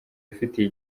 ifitiye